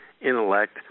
intellect